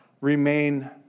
remain